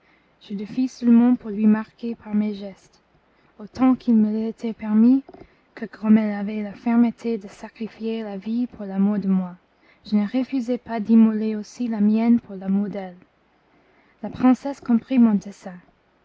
je le fis seulement pour lui marquer par mes gestes autant qu'il me l'était permis que comme elle avait la fermeté de sacrifier sa vie pour l'amour de moi je ne refusais pas d'immoler aussi la mienne pour l'amour d'elle la princesse comprit mon